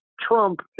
Trump